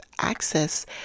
access